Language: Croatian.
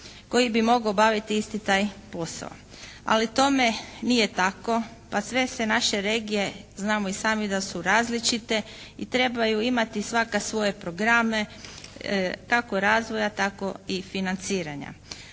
koji bi mogao obaviti isti taj posao. Ali tome nije tako, pa sve se naše regije, znamo i sami da su različite i trebaju imati svaka svoje programe kako razvoja tako i financiranja.